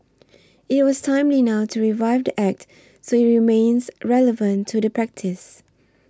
it was timely now to revise Act so it remains relevant to the practice